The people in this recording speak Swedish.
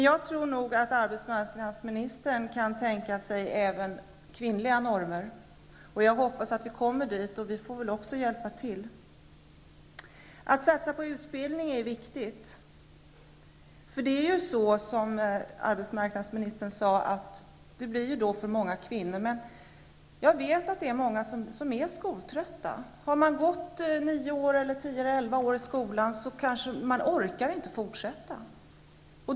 Jag tror nog att arbetsmarknadsministern kan tänka sig även kvinnliga normer. Jag hoppas att vi kommer dit. Även vi får väl hjälpa till. Att satsa på utbildning är viktigt. Som arbetsmarknadsministern sade blir det aktuellt för många kvinnor. Men jag vet också att många flickor är skoltrötta. Har man gått nio, tio eller elva år i skolan, kanske man inte orkar fortsätta.